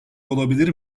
olabilir